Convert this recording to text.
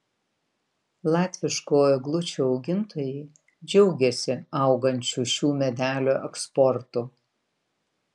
latviškų eglučių augintojai džiaugiasi augančiu šių medelių eksportu